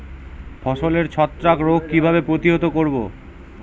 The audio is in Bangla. ফসলের ছত্রাক রোগ কিভাবে প্রতিহত করব?